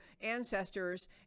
ancestors